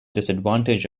disadvantage